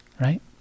right